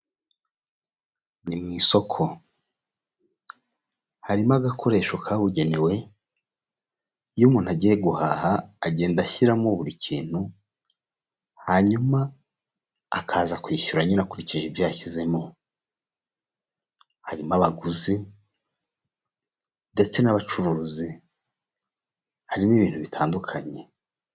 Ni mu isoko, harimo agakoresho kabugenewe iyo umuntu agiye guhaha agenda ashyiramo buri kintu hanyuma akaza kwishyura nyine akurikije ibyo yashyizemo, harimo abaguzi ndetse n'abacuruzi, harimo ibintu bitandukanye.